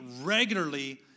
regularly